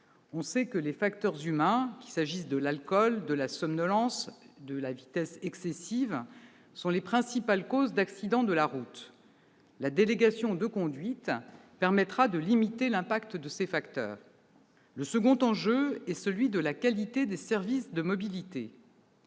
On sait que les facteurs humains, qu'il s'agisse de la consommation d'alcool, de la somnolence ou de la vitesse excessive, sont les principales causes d'accidents de la route. La délégation de conduite permettra de limiter l'impact de ces facteurs. Le second enjeu est celui de la qualité des services de mobilité.